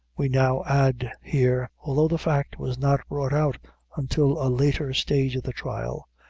we now add here, although the fact was not brought out until a later stage of the trial,